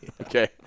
Okay